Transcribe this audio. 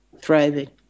thriving